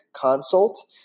Consult